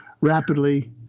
rapidly